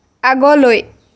আগলৈ